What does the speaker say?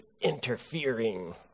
interfering